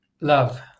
Love